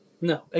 No